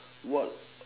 what